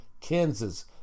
Kansas